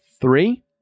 three